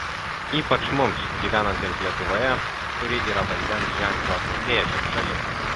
ypač mums gyvenantiems lietuvoje kuri yra vandens ženklo vėžio šalis